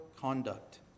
conduct